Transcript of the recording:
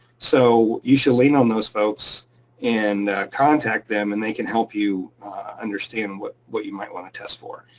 so you should lean on those folks and contact them and they can help you understand what what you might wanna test for.